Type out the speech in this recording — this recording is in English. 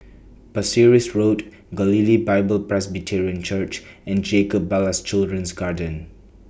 Pasir Ris Road Galilee Bible Presbyterian Church and Jacob Ballas Children's Garden